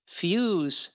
fuse